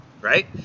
right